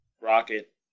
Rocket